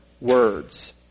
words